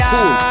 Cool